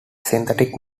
synthetic